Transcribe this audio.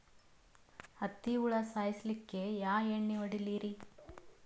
ಹತ್ತಿ ಹುಳ ಸಾಯ್ಸಲ್ಲಿಕ್ಕಿ ಯಾ ಎಣ್ಣಿ ಹೊಡಿಲಿರಿ?